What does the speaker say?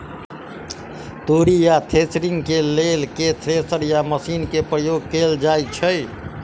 तोरी केँ थ्रेसरिंग केँ लेल केँ थ्रेसर या मशीन केँ प्रयोग कैल जाएँ छैय?